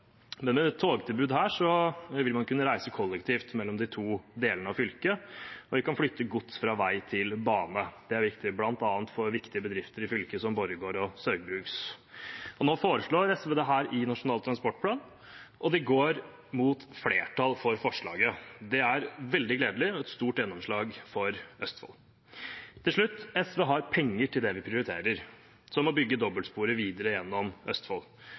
Med et togtilbud her vil man kunne reise kollektivt mellom de to delene av fylket, og vi kan flytte gods fra vei til bane. Det er viktig bl.a. for viktige bedrifter i fylket som Borregaard og Saugbrugs. Nå foreslår SV dette i Nasjonal transportplan, og det går mot flertall for forslaget. Det er veldig gledelig og et stort gjennomslag for Østfold. Til slutt: SV har penger til det vi prioriterer, som å bygge dobbeltsporet videre gjennom Østfold